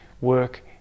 work